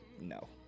no